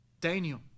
Daniel